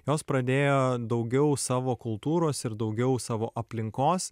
jos pradėjo daugiau savo kultūros ir daugiau savo aplinkos